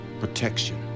Protection